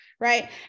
Right